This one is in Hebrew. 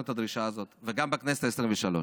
את הדרישה הזו וגם בכנסת העשים-ושלוש.